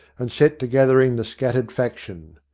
and set to gathering the scattered faction.